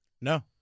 No